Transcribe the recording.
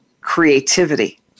creativity